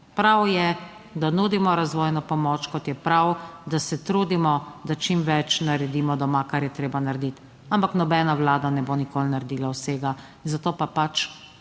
Prav je, da nudimo razvojno pomoč kot je prav, da se trudimo, da čim več naredimo doma, kar je treba narediti, ampak nobena vlada ne bo nikoli naredila vsega, zato pa pač